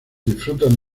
disfrutan